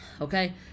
okay